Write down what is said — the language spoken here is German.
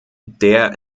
der